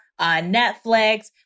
Netflix